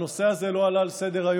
הנושא הזה לא עלה על סדר-היום,